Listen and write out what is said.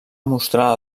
mostrar